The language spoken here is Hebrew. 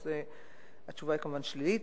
אז התשובה היא כמובן שלילית.